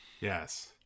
Yes